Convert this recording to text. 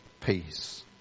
peace